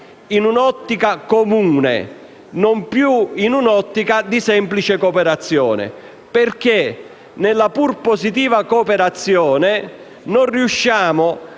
integrata e comune e non più in un'ottica di semplice cooperazione, perché nella pur positiva cooperazione non riusciamo